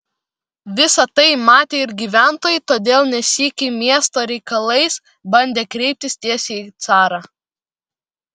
visa tai matė ir gyventojai todėl ne sykį miesto reikalais bandė kreiptis tiesiai į carą